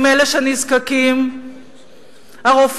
עם אלה שנזקקים?